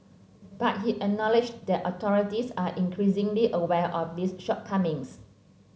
but he acknowledged that authorities are increasingly aware of these shortcomings